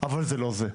אבל זה לא זה,